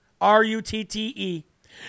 R-U-T-T-E